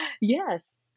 yes